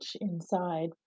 inside